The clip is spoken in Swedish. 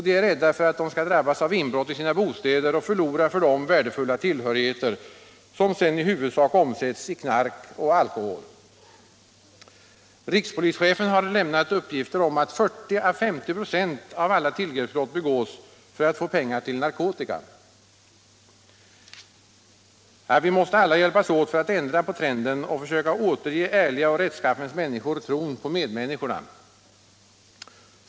De är rädda för att de skall drabbas av inbrott i sina bostäder och förlora för dem värdefulla tillhörigheter, som sedan i huvudsak omsätts i knark och alkohol. Rikspolischefen har lämnat uppgifter om att 40 å 50 96 av alla tillgreppsbrotten begås för att få pengar till narkotika. Vi måste alla hjälpas åt för att ändra på den trenden och försöka återge ärliga och rättskaffens människor tron på medmänniskorna.